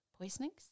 poisonings